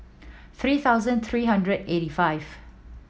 three thousand three hundred eighty five